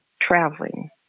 traveling